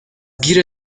گیر